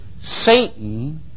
Satan